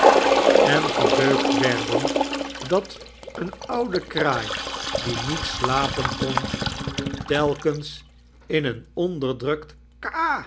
kerstvertellingen gebeukt werden dat een oude kraai die ndet slapen kon telkens in een onderdrukt